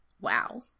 wow